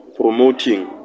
promoting